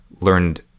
learned